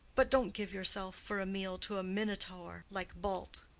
but don't give yourself for a meal to a minotaur like bult.